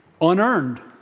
Unearned